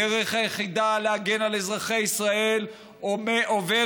הדרך היחידה להגן על אזרחי ישראל עוברת